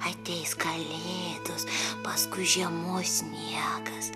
ateis kalėdos paskui žiemos sniegas